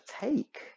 take